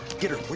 get her. which